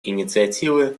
инициативы